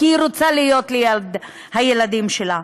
כי היא רוצה להיות ליד הילדים שלה,